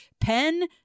pen